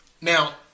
Now